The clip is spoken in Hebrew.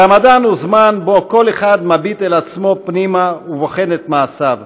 הרמדאן הוא זמן שבו כל אחד מביט אל עצמו פנימה ובוחן את מעשיו.